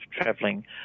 traveling